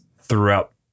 throughout